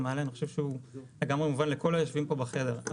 מעלה הוא לגמרי מובן לכל היושבים פה בחדר.